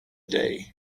day